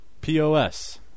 POS